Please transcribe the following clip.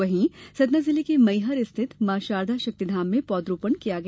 वहीं सतना जिले के मैहर स्थित मॉ शारदा शक्तिधाम में पौधरोपण किया गया